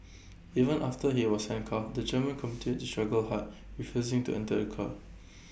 even after he was handcuffed the German continued to struggle hard refusing to enter A car